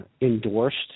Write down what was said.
endorsed